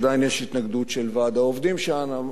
עדיין יש התנגדות של ועד העובדים שם,